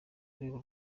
rwego